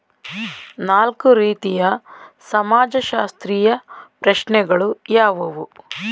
ನಾಲ್ಕು ರೀತಿಯ ಸಮಾಜಶಾಸ್ತ್ರೀಯ ಪ್ರಶ್ನೆಗಳು ಯಾವುವು?